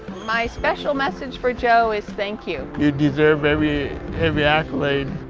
my special message for jo is thank you. you deserve every every accolade.